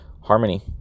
harmony